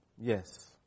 Yes